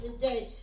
today